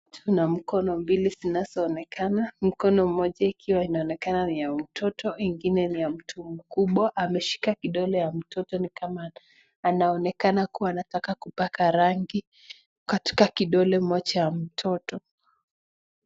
Mtu na mkono miwili sinasoonekana mkono moja ikioneksna ni ya mtoto ingine ni ya mtu mkubwa ameshika kidole ya mtoto ni kama anonekana kuwa antaka kupaka rangi katika kidole moja ya mtoto.